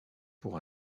pour